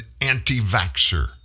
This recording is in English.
anti-vaxxer